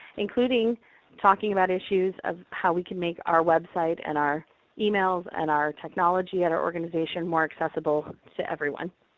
including talking about issues of how we can make our website and our emails and our technology at our organization more accessible to everyone.